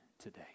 today